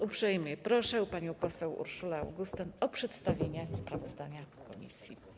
Uprzejmie proszę panią poseł Urszulę Augustyn o przedstawienie sprawozdania komisji.